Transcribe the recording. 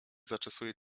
zaczesuje